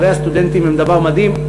כפרי הסטודנטים הם דבר מדהים.